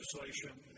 legislation